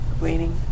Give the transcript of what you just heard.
waiting